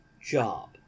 job